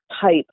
type